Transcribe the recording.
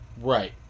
Right